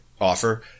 offer